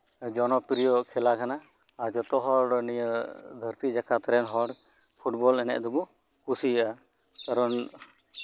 ᱡᱚᱱᱚᱯᱨᱤᱭᱚ ᱠᱷᱮᱞᱟ ᱠᱟᱱᱟ ᱡᱷᱚᱛᱦᱚᱲ ᱱᱤᱭᱟᱹ ᱫᱷᱟᱹᱨᱛᱤ ᱡᱟᱠᱟᱛ ᱨᱮᱱ ᱦᱚᱲ ᱯᱷᱩᱴᱵᱚᱞ ᱮᱱᱮᱡ ᱫᱚᱵᱚᱱ ᱠᱩᱥᱤᱭᱟᱜᱼᱟ ᱠᱟᱨᱚᱱ